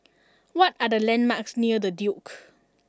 what are the landmarks near The Duke